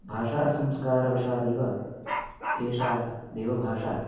भाषासंस्कारवशादेव एषा देवभाषा